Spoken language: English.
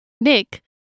Nick